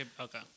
Okay